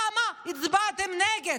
למה הצבעתם נגד?